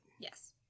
Yes